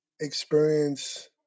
experience